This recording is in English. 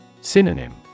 Synonym